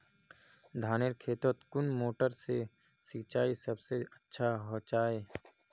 धानेर खेतोत कुन मोटर से सिंचाई सबसे अच्छा होचए?